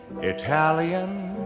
Italian